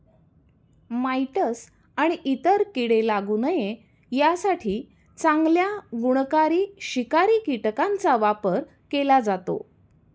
mites आणि इतर कीडे लागू नये यासाठी चांगल्या गुणकारी शिकारी कीटकांचा वापर केला जातो